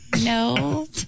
No